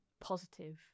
positive